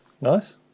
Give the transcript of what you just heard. Nice